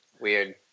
weird